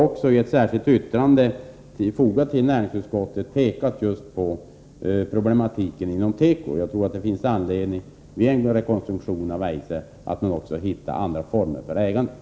I ett särskilt yttrande fogat till näringsutskottets betänkande har vi pekat på problematiken just inom tekoindustrin. Vid en rekonstruktion av Eiser finns det anledning att också hitta andra former för ägandet.